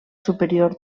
superior